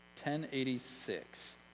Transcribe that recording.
1086